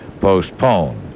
postponed